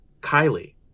Kylie